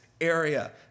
area